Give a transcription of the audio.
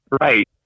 right